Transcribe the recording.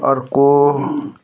अर्को